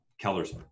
Keller's